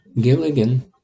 Gilligan